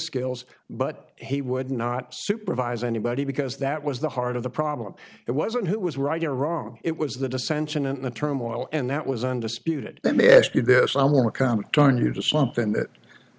skills but he would not supervise anybody because that was the heart of the problem it wasn't who was right or wrong it was the dissension and the turmoil and that was undisputed let me ask you this i want to come join you to something that